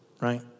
right